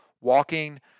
walking